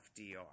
FDR